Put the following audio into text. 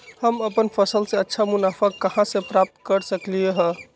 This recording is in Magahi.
हम अपन फसल से अच्छा मुनाफा कहाँ से प्राप्त कर सकलियै ह?